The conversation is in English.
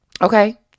okay